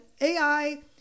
AI